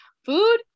Food